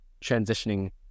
transitioning